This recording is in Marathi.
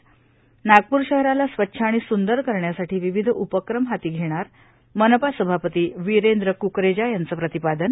त नागपूर शहराला स्वच्छ आणि सूंदर करण्यासाठी विविध उपक्रम हाती घेण्यार मनपा सभापती विरेंद्र कुकरेजा यांचं प्रतिपादन